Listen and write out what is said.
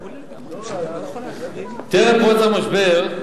טרם פרוץ המשבר,